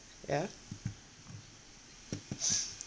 yeah